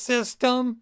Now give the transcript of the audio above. System